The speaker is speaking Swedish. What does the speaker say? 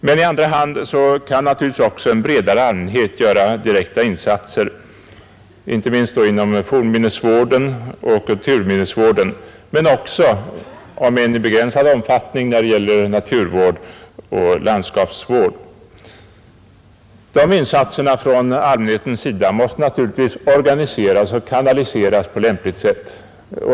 Men i andra hand kan naturligtvis också en bredare allmänhet göra direkta insatser, inte minst inom fornminnesvärden och kulturminnesvården, men också, om än i begränsad omfattning, när det gäller naturvård och landskapsvård. De insatserna från allmänhetens sida måste naturligtvis organiseras och kanaliseras på lämpligt sätt.